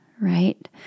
right